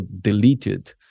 deleted